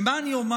ומה אני אומר?